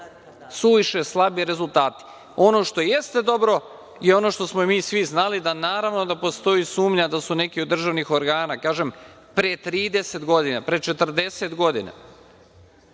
suviše slabi rezultati. Ono što jeste dobro i ono što smo mi svi znali jeste da, naravno, postoji sumnja da su neki od državnih organa, kažem, pre 30 godina, pre 40 godina